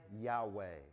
Yahweh